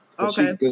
Okay